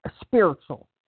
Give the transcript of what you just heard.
spiritual